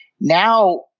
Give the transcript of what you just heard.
Now